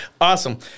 Awesome